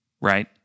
right